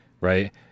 right